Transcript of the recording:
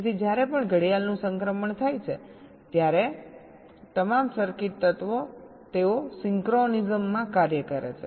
તેથી જ્યારે પણ ઘડિયાળનું સંક્રમણ થાય છે ત્યારે તમામ સર્કિટ તત્વો તેઓ સિંક્રોનિઝમમાં કાર્ય કરે છે